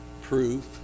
proof